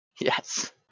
Yes